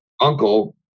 uncle